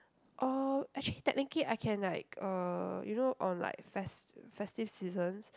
or actually technically I can like uh you know on like fes~ festive seasons